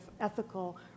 ethical